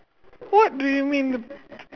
what do you mean